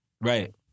Right